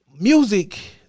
Music